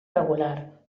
regular